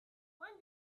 when